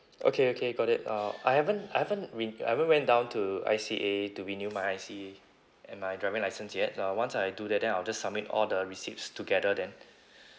okay okay got it uh I haven't I haven't rin~ I haven't went down to I_C_A to renew my I_C and my driving license yet uh once I do that then I'll just submit all the receipts together then